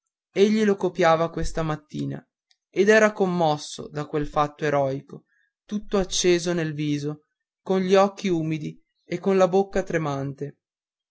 egli lo copiava questa mattina ed era commosso da quel fatto eroico tutto acceso nel viso cogli occhi umidi e con la bocca tremante